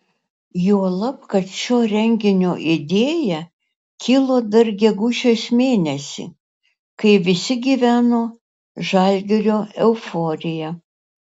juolab kad šio renginio idėja kilo dar gegužės mėnesį kai visi gyveno žalgirio euforija